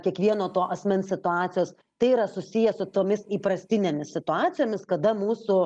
kiekvieno to asmens situacijos tai yra susiję su tomis įprastinėmis situacijomis kada mūsų